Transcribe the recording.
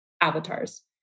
avatars